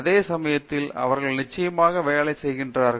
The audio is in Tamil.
அதேசமயத்தில் அவர்கள் நிச்சயமாக வேலை செய்கிறார்கள்